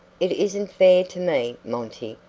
it isn't fair to me, monty.